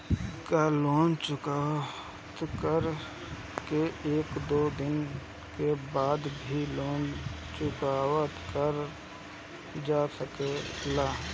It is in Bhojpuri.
का लोन चुकता कर के एक दो दिन बाद भी चुकावल जा सकेला?